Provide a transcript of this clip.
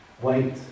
wait